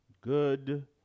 good